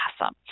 awesome